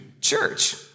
church